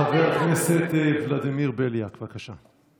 חבר הכנסת ולדימיר בליאק, בבקשה.